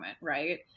right